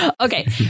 Okay